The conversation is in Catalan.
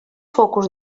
focus